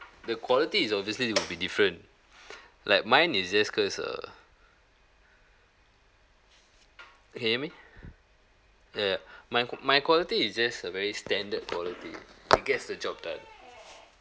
the quality is obviously it will be different like mine is just cause err can hear me ya ya my qua~ my quality it's just a very standard quality it gets the job done